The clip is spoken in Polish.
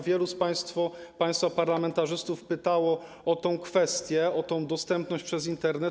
Wielu z państwa parlamentarzystów pytało o tę kwestię, o dostępność przez Internet.